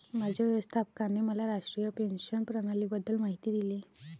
माझ्या व्यवस्थापकाने मला राष्ट्रीय पेन्शन प्रणालीबद्दल माहिती दिली